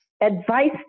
advice